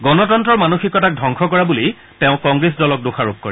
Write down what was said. গণতন্তৰৰ মানসিকতাক ধবংস কৰা বুলি তেওঁ কংগ্ৰেছ দলক দোষাৰোপ কৰে